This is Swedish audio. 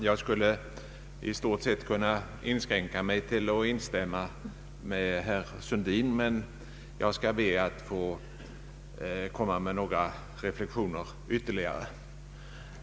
Herr talman! Jag skulle ha kunnat inskränka mig till att i stort instämma i vad herr Sundin sade, men jag skall be att få anlägga några ytterligare synpunkter.